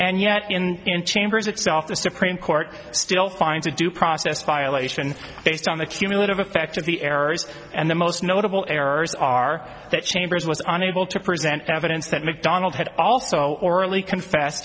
and yet in in chambers itself the supreme court still finds a due process violation based on the cumulative effect of the errors and the most notable errors are that chambers was on able to present evidence that macdonald had also orally confess